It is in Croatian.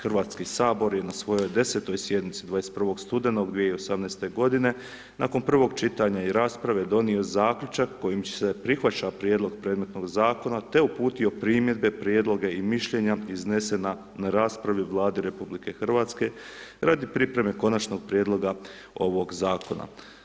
HS je na svojoj 10.-toj sjednici 21. studenoga 2018.-te godine nakon prvog čitanja i rasprave donio Zaključak kojim će se, prihvaća prijedlog predmetnog Zakona, te uputio primjedbe, prijedloge i mišljenja iznesena na raspravi u Vladi RH radi pripreme Konačnog prijedloga ovog Zakona.